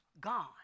gone